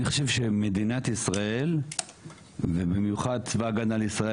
אני חושב שמדינת ישראל ובמיוחד צבא הגנה לישראל,